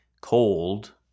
cold